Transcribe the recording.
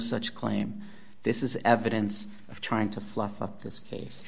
such claim this is evidence of trying to fluff up this case